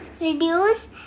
reduce